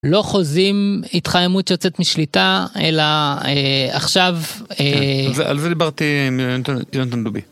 לא חוזים, התחממות יוצאת משליטה, אלא עכשיו... על זה דיברתי עם יונתן דובי.